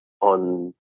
on